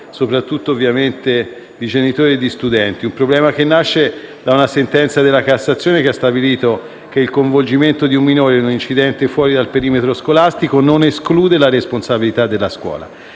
soprattutto, a genitori e studenti. È un problema che nasce da una sentenza della Cassazione che ha stabilito che il coinvolgimento di un minore in un incidente fuori dal perimetro scolastico non esclude la responsabilità della scuola.